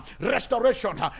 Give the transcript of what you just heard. restoration